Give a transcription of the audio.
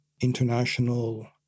international